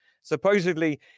supposedly